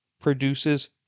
produces